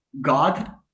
God